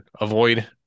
avoid